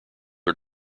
are